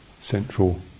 central